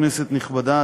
כנסת נכבדה,